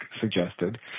suggested